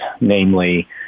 namely